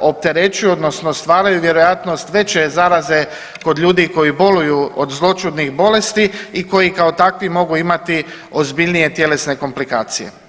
opterećuju odnosno stvaraju vjerojatnost veće zaraze kod ljudi koji boluju od zloćudnih bolesti i koji kao takvi, mogu imati ozbiljnije tjelesne komplikacije.